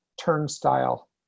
turnstile